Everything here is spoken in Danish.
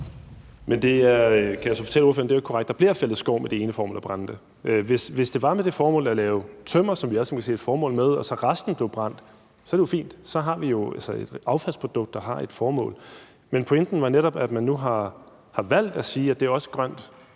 er korrekt. Der bliver fældet skov med det ene formål at brænde træet. Hvis det var med det formål at lave tømmer, hvad vi alle sammen kan se et formål med, og at resten så blev brændt, ville det være fint. Så har vi jo et affaldsprodukt, der har et formål, men pointen var netop, at man nu har valgt at sige, at det også er grønt